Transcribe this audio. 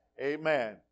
Amen